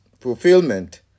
fulfillment